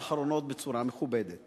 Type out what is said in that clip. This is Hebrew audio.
והיא עושה הכול, זה ברור ואני יודע.